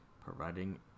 providing